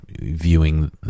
viewing